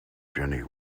jenny